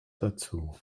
dazu